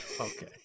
okay